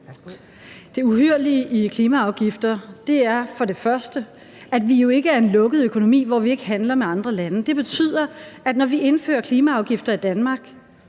Det uhyrlige i klimaafgifter er først og fremmest, at vi jo ikke er en lukket økonomi, hvor vi ikke handler med andre lande. Det betyder, at når vi indfører klimaafgifter i Danmark,